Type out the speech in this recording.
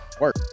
work